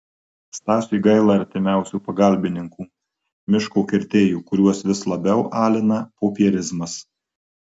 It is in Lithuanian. stasiui gaila artimiausių pagalbininkų miško kirtėjų kuriuos vis labiau alina popierizmas